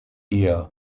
year